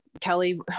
Kelly